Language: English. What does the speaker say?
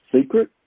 secret